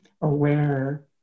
Aware